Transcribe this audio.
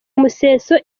museso